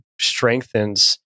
strengthens